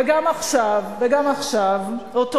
וגם עכשיו אותו אלתור.